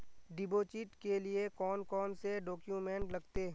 Deposit के लिए कौन कौन से डॉक्यूमेंट लगते?